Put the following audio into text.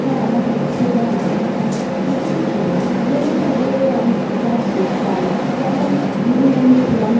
হ্যাঁ আমার ইচ্ছে বা আকাঙ্ক্ষা দুটোই ছিল যেগুলোর উপরে আমি কাজ করতাম যেমন দিদিমণি ছিলাম